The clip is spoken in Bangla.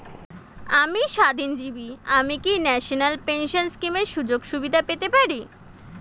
আমি স্বাধীনজীবী আমি কি ন্যাশনাল পেনশন স্কিমের সুযোগ সুবিধা পেতে পারি?